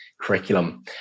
curriculum